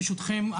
ברשותכם,